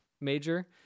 major